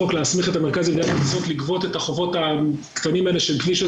ולציין כמובן לחיוב את שיתוף הפעולה של כל הגורמים שאיתם עמדנו